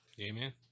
Amen